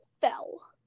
fell